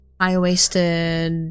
high-waisted